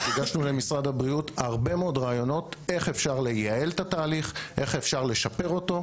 הגשנו למשרד הבריאות הרבה מאוד רעיונות איך אפשר לייעל ולשפר את התהליך.